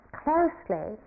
closely